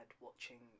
watching